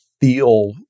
feel